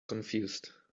confused